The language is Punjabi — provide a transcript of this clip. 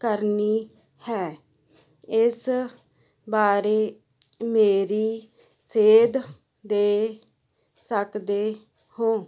ਕਰਨੀ ਹੈ ਇਸ ਬਾਰੇ ਮੇਰੀ ਸੇਧ ਦੇ ਸਕਦੇ ਹੋ